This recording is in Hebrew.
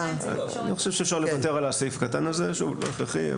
אני חושב שאפשר לוותר על הסעיף קטן הזה שהוא לא הכרחי.